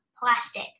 plastic